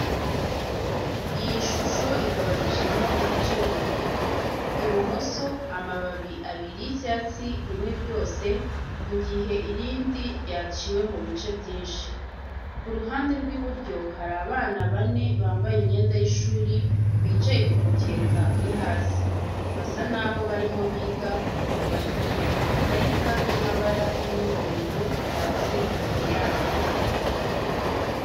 Iyi shusho igabanyijemo ibice bibiri. Ibumoso, amababi abiri y'icyatsi rimwe ryose, mu gihe irindi ryaciwe mu bice byinshi. Ku ruhande rw'iburyo, hari abana bane bambaye imyenda y'ishuri bicaye ku mukeka uri hasi, basa naho barimo biga, bafite amakarita y'amabara n'ibindi bintu bitatse imbere yabo.